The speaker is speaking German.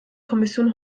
kommission